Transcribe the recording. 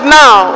now